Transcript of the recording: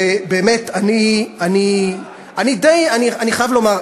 ובאמת, אני חייב לומר,